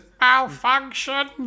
malfunction